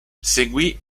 seguì